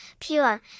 pure